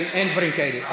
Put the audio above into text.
אין דברים כאלה.